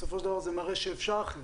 בסופו של דבר זה מראה שאפשר אחרת.